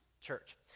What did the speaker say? Church